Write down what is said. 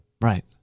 Right